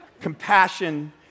compassion